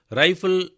rifle